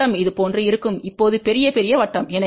வட்டம் இதுபோன்று இருக்கும் இப்போது பெரிய பெரிய வட்டம்